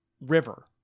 river